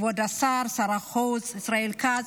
כבוד השר, שר החוץ ישראל כץ,